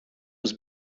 was